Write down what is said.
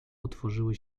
otworzyły